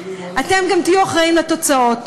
אתם גם תהיו אחראים לתוצאות.